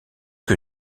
que